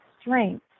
strength